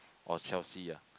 or Chelsea ya